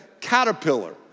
caterpillar